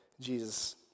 Jesus